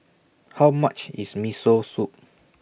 How much IS Miso Soup